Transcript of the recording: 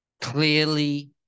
clearly